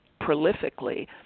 prolifically